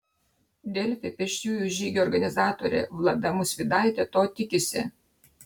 delfi pėsčiųjų žygio organizatorė vlada musvydaitė to tikisi